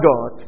God